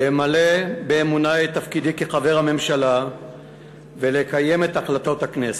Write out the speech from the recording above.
למלא באמונה את תפקידי כחבר הממשלה ולקיים את החלטות הכנסת.